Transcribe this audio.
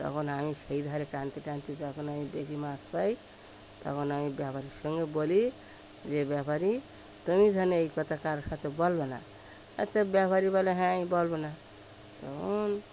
তখন আমি সেই ধারে টানতে টানতে যখন আমি বেশি মাছ পাই তখন আমি ব্যাপারীর সঙ্গে বলি যে ব্যাপারী তুমি যেন এই কথা কারো সাথে বলবে না আচ্ছা ব্যাপারী বলে হ্যাঁ আমি বলব না তখন